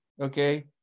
Okay